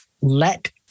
let